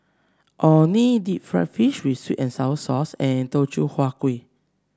Orh Nee Deep Fried Fish with sweet and sour sauce and Teochew Huat Kueh